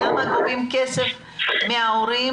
למה גובים כסף מההורים?